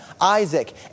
Isaac